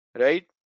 right